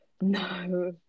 No